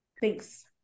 thanks